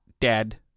dead